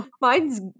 Mine's